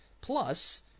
Plus